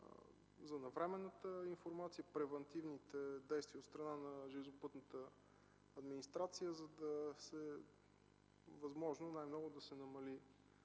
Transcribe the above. за навременната информация, за превантивните действия от страна на железопътната администрация, за да се намали възможно най-много щетата